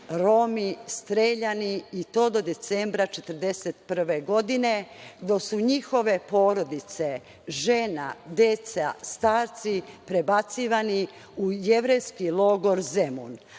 Romi streljani i to do decembra 1941. godine, dok su njihove porodice, žene, deca, starci prebacivani u jevrejski logor Zemun.